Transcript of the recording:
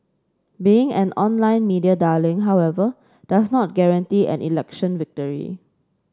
being an online media darling however does not guarantee an election victory